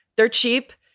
they're cheap.